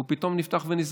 הוא פתאום נפתח ונסגר.